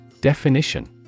Definition